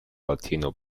latino